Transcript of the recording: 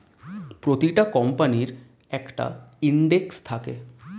প্রতিটা কোম্পানির একটা ইন্ডেক্স থাকে